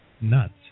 nuts